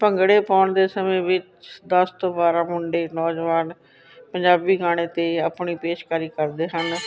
ਭੰਗੜੇ ਪਾਉਣ ਦੇ ਸਮੇਂ ਵਿੱਚ ਦਸ ਤੋਂ ਬਾਰ੍ਹਾਂ ਮੁੰਡੇ ਨੌਜਵਾਨ ਪੰਜਾਬੀ ਗਾਣੇ 'ਤੇ ਆਪਣੀ ਪੇਸ਼ਕਾਰੀ ਕਰਦੇ ਹਨ